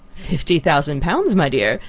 fifty thousand pounds, my dear.